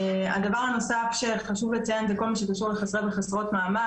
הדבר הנוסף שחשוב לציין זה כל מה שקשור לחסרי וחסרות מעמד.